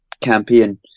campaign